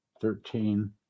thirteen